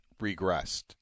regressed